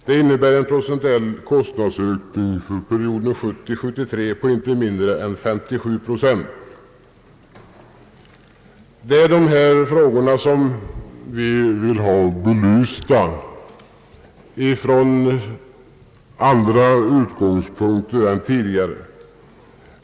Det innebär en procentuell kostnadsökning perioden 1969—1973 med inte mindre än 57 procent. Det är dessa frågor vi vill ha belysta från andra utgångspunkter än tidigare.